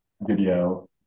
video